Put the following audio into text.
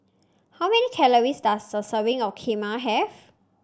how many calories does a serving of Kheema have